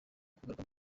kugaruka